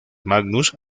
magnus